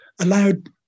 allowed